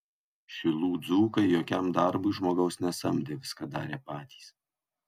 šilų dzūkai jokiam darbui žmogaus nesamdė viską darė patys